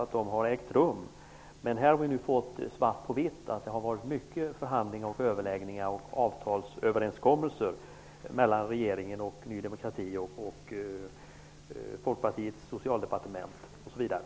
Vi har nu fått svart på vitt att det har varit fråga om många förhandlingar, överläggningar och avtalsöverenskommelser mellan regeringen, Ny demokrati, Folkpartiets socialdepartement m.fl.